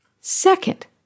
Second